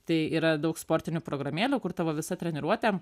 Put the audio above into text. tai yra daug sportinių programėlių kur tavo visa treniruotė